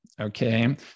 okay